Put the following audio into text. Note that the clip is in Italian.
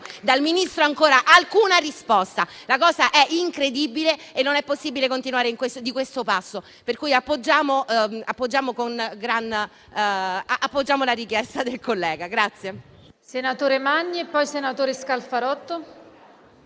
Dal Ministro ancora nessuna risposta. La cosa è incredibile e non è possibile continuare di questo passo. Per questo appoggiamo la richiesta del collega.